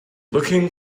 looking